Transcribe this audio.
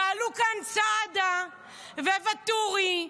ועלו כאן סעדה וואטורי,